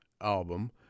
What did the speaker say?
album